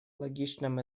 логичном